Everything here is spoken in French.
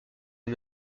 est